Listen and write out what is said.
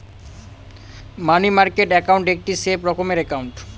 মানি market account একটি safe রকমের account